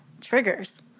triggers